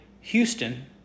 Houston